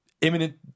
imminent